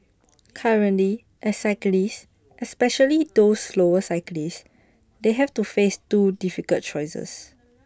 currently as cyclists especially those slower cyclists they have to face two difficult choices